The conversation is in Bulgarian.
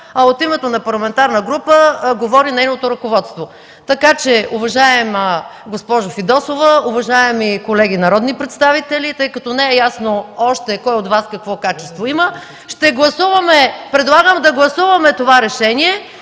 а от името на парламентарна група говори нейното ръководство. Уважаема госпожо Фидосова, уважаеми колеги народни представители, тъй като не е ясно още кой от Вас какво качество има (реплики), предлагам да гласуваме това решение